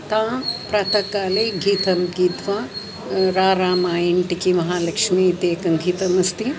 तां प्रातःकाले गीतं गीत्वा रारा मा इण्टिकि महालक्ष्मी इति एकं गीतम् अस्ति